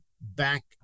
back